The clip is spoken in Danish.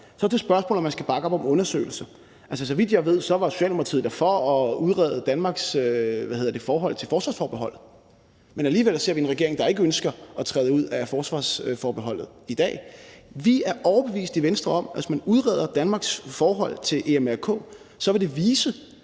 Så er det et spørgsmål, om man skal bakke op om en undersøgelse. Så vidt jeg ved, var Socialdemokratiet da for at udrede Danmarks forhold til forsvarsforbeholdet, men alligevel ser vi en regering, der ikke ønsker at træde ud af forsvarsforbeholdet i dag. Vi er i Venstre overbevist om, at hvis man udreder Danmarks forhold til EMRK, vil det vise,